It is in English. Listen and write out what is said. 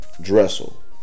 Dressel